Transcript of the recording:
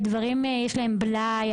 לתיקוני בלאי.